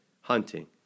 hunting